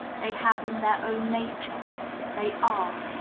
they have in their own nature they are.